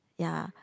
ya